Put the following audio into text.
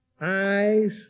eyes